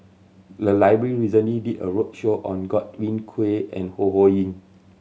the library recently did a roadshow on Godwin Koay and Ho Ho Ying